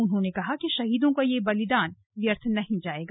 उन्होंने कहा कि शहीदों का यह बलिदान व्यर्थ नहीं जाएगा